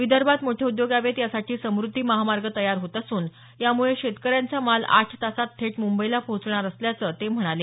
विदर्भात मोठे उद्योग यावेत यासाठी समुद्धी महामार्ग तयार होत असून यामुळे शेतकऱ्यांचा माल आठ तासात थेट मुंबईला पोहोचणार असल्याचं ते म्हणाले